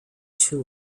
two